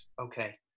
Okay